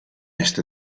est